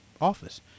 office